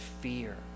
fear